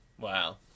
Wow